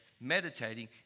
meditating